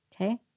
okay